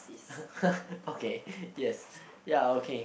okay yes ya okay